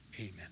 amen